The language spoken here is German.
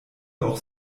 auch